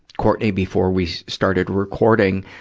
courtenay, before we started recording,